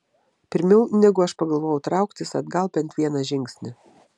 pirmiau negu aš pagalvojau trauktis atgal bent vieną žingsnį